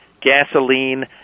gasoline